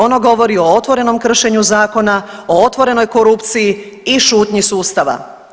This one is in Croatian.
Ono govori o otvorenom kršenju zakona, o otvorenoj korupciji i šutnji sustava.